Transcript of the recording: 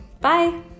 Bye